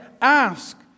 Ask